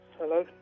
Hello